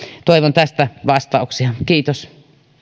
toivon tähän vastauksia kiitos